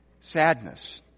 sadness